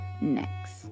next